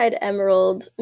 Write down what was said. emerald